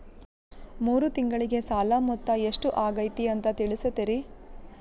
ಮೂರು ತಿಂಗಳಗೆ ಸಾಲ ಮೊತ್ತ ಎಷ್ಟು ಆಗೈತಿ ಅಂತ ತಿಳಸತಿರಿ?